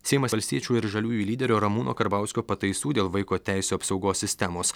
seimas valstiečių ir žaliųjų lyderio ramūno karbauskio pataisų dėl vaiko teisių apsaugos sistemos